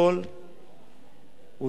הוא לא תורם דבר,